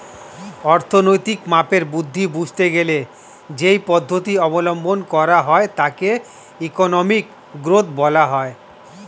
অর্থনৈতিক মাপের বৃদ্ধি বুঝতে গেলে যেই পদ্ধতি অবলম্বন করা হয় তাকে ইকোনমিক গ্রোথ বলা হয়